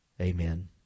Amen